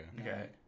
okay